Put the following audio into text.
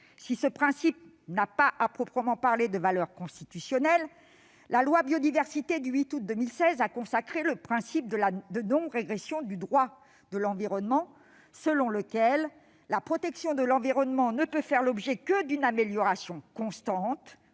si ce principe n'a pas à proprement parler de valeur constitutionnelle, la loi Biodiversité du 8 août 2016 a consacré le principe de non-régression du droit de l'environnement, selon lequel la protection de l'environnement ne peut faire l'objet que d'une amélioration constante,